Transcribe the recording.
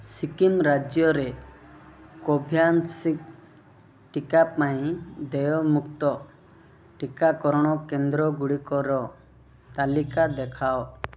ସିକିମ୍ ରାଜ୍ୟରେ କୋଭ୍ୟାକ୍ସିନ୍ ଟିକା ପାଇଁ ଦେୟମୁକ୍ତ ଟିକାକରଣ କେନ୍ଦ୍ରଗୁଡ଼ିକର ତାଲିକା ଦେଖାଅ